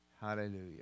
Hallelujah